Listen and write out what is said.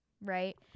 Right